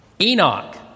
Enoch